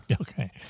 Okay